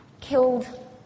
killed